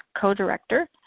Co-Director